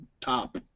top